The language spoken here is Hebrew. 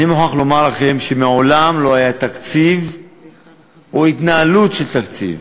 אני מוכרח לומר לכם שמעולם לא היו תקציב או התנהלות של תקציב